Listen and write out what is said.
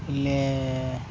ಇಲ್ಲೇ